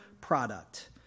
product